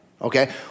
okay